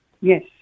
Yes